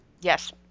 Yes